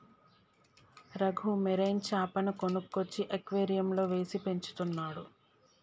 Raghu marine చాపను కొనుక్కొచ్చి అక్వేరియంలో వేసి పెంచుతున్నాడు